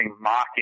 mocking